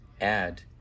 add